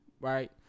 right